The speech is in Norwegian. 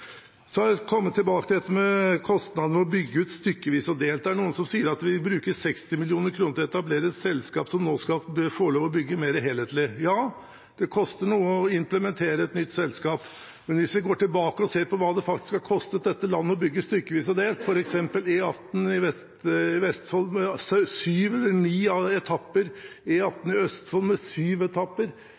Så vil jeg komme tilbake til kostnader ved å bygge ut stykkevis og delt. Det er noen som sier at vi bruker 60 mill. kr til å etablere et selskap som nå skal få lov til å bygge mer helhetlig. Ja, det koster noe å implementere et nytt selskap, men hvis vi går tilbake og ser på hva det faktisk har kostet dette landet å bygge stykkevis og delt – f.eks. E18 i Vestfold med ni etapper og E18 i Østfold med syv etapper